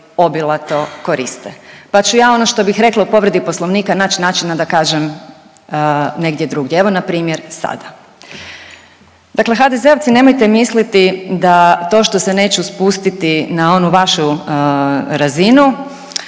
obilato koriste pa ću ja ono što bih rekla u povredi Poslovnika, nać načina da kažem negdje drugdje. Evo, npr. sada. Dakle HDZ-ovci nemojte misliti da to što se neću spustiti na onu vašu razinu,